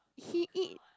he eat